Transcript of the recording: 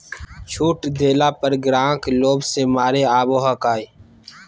छुट देला पर ग्राहक लोभ के मारे आवो हकाई